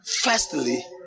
firstly